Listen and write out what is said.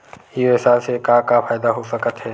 ई व्यवसाय से का का फ़ायदा हो सकत हे?